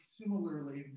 similarly